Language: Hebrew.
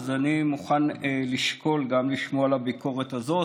אז אני מוכן לשקול לשמוע גם את הביקורת הזאת.